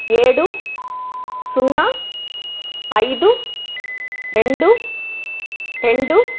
ఏడు సున్నా ఐదు రెండు రెండు